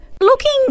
looking